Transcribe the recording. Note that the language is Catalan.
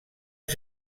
als